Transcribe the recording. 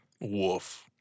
Woof